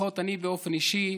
לפחות אני באופן אישי,